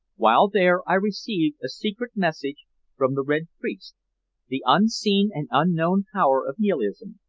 while there i received a secret message from the red priest the unseen and unknown power of nihilism,